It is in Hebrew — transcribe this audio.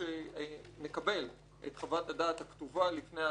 שנקבל את חוות הדעת הכתובה את לפני הצבעה,